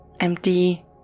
empty